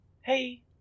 Hey